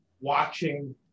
watching